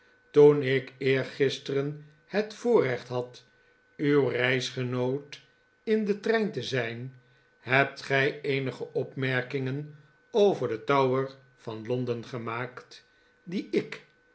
toen ik eergisteren het voorrecht had uw reisgenoot in f den trein te zijn hebt gij eenige opmerkihgen over den tower van londen gemaakt die ik